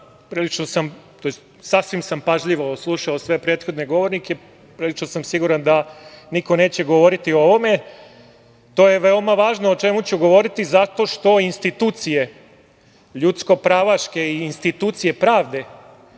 o jednoj anomaliji, sasvim sam pažljivo slušao sve prethodne govornike, prilično sam siguran da niko neće govoriti o ovome, to je veoma važno o čemu ću govoriti zato što institucije ljudsko-pravaške i institucije pravde